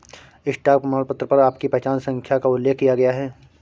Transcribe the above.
stock प्रमाणपत्र पर आपकी पहचान संख्या का उल्लेख किया गया है